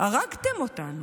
הרגתם אותנו.